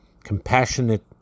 compassionate